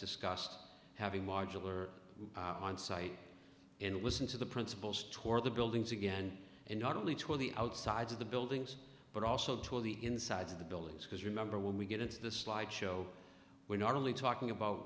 discussed having modular on site and listen to the principals toward the buildings again and not only to the outside of the buildings but also to the inside of the buildings because remember when we get into the slide show we're not only talking about